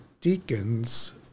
deacons